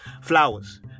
Flowers